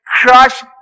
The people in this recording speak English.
crush